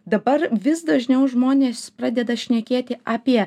dabar vis dažniau žmonės pradeda šnekėti apie